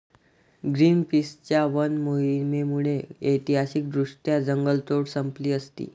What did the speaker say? ग्रीनपीसच्या वन मोहिमेमुळे ऐतिहासिकदृष्ट्या जंगलतोड संपली असती